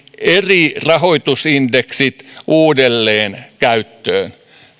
eri rahoitusindeksit uudelleen käyttöön